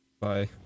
Bye